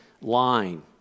line